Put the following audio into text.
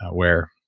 where,